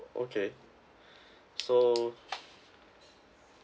okay so